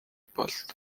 болд